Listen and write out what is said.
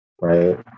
right